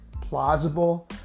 plausible